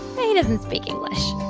he doesn't speak english